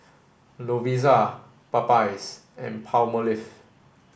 Lovisa Popeyes and Palmolive